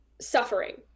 suffering